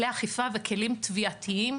כלי אכיפה וכלים תביעתיים